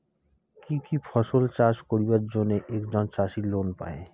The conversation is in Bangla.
কি কি ফসল চাষ করিবার জন্যে একজন চাষী লোন পায়?